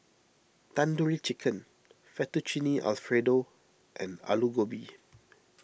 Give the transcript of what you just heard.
Tandoori Chicken Fettuccine Alfredo and Alu Gobi